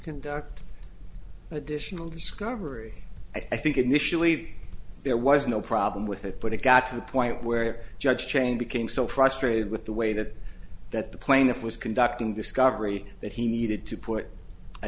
conduct additional discovery i think initially there was no problem with it but it got to the point where judge chain became so frustrated with the way that that the plaintiff was conducting discovery that he needed to put a